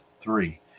three